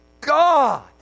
God